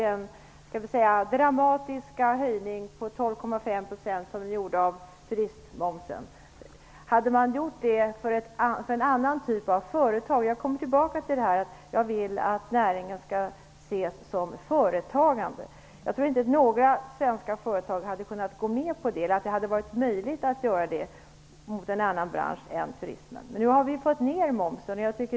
Det gjordes en dramatisk höjning av turistmomsen på 12,5 %. Jag vill att verksamheten inom näringen skall ses som företagande. Jag tror inte att några svenska företag hade kunnat gå med på en sådan höjning, eller att det hade varit möjligt att göra så mot en annan bransch än turistbranschen. Nu har vi fått ner momsen.